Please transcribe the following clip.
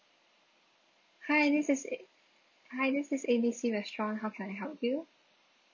hi this is a~ hi this is A B C restaurant how can I help you